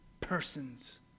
persons